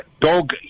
dog